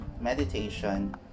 meditation